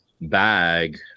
bag